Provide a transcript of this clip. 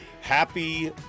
Happy